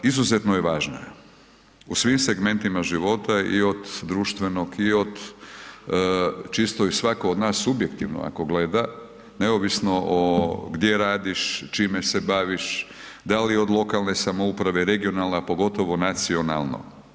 Izuzetno je važna u svim segmentima života i od društvenog i od čisto i svatko od nas subjektivno ako gleda, neovisno od gdje radiš, čime se baviš, da li od lokalne samouprave, regionalna, a pogotovo nacionalno.